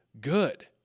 good